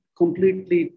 completely